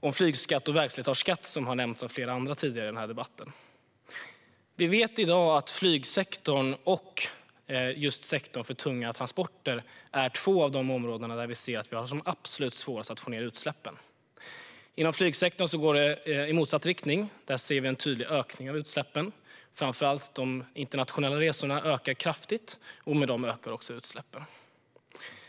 om flygskatt och vägslitageskatt, som har nämnts av flera andra tidigare i denna debatt. Vi vet i dag att flygsektorn och sektorn för tunga transporter är två av de områden där vi ser att vi har absolut svårast att få ned utsläppen. Inom flygsektorn går det i motsatt riktning, och vi ser där en tydlig ökning av utsläppen. Framför allt de internationella resorna ökar kraftigt, och med dem ökar också utsläppen.